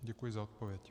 Děkuji za odpověď.